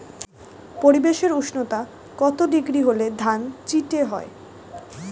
পরিবেশের উষ্ণতা কত ডিগ্রি হলে ধান চিটে হয়?